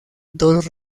dos